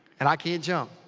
and i can't jump.